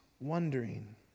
wondering